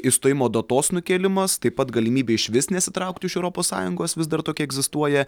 išstojimo datos nukėlimas taip pat galimybė išvis nesitraukti iš europos sąjungos vis dar tokia egzistuoja